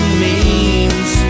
memes